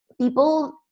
People